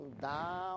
down